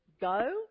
go